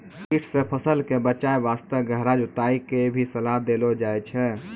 कीट सॅ फसल कॅ बचाय वास्तॅ गहरा जुताई के भी सलाह देलो जाय छै